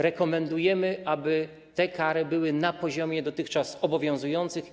Rekomendujemy, aby te kary były na poziomie dotychczas obowiązujących.